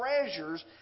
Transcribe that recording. treasures